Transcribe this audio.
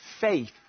faith